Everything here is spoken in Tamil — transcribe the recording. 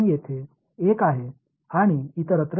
எனவே எடுத்துக்காட்டாக இது உங்களுடையது என்று நாம் அழைக்கலாம்